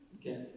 Okay